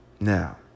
Now